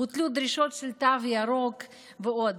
בוטלו דרישות של תו ירוק ועוד.